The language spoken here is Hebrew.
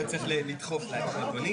שהוא מאפשר לעצמו לדון מולכם.